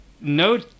no